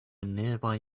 nearby